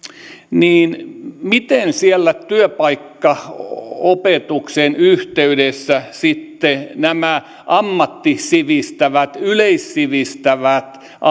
niin miten siellä työpaikkaopetuksen yhteydessä sitten nämä ammattisivistävät yleissivistävät